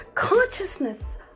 Consciousness